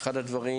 אחד הנושאים